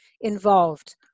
involved